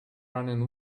running